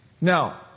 Now